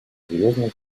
серьезные